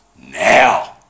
now